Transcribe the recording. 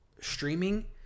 streaming